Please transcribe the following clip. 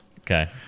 Okay